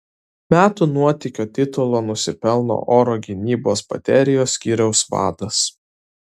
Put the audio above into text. metų nuotykio titulo nusipelno oro gynybos baterijos skyriaus vadas